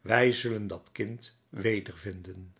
wij zullen dat kind wedervinden